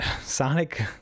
Sonic